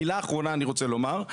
מילה אחרונה אני רוצה לומר,